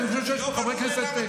אני חושב שיש פה חברי כנסת,